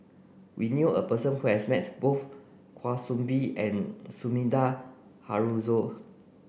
we knew a person who has mets both Kwa Soon Bee and Sumida Haruzo